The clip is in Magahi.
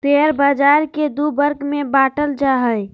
शेयर बाज़ार के दू वर्ग में बांटल जा हइ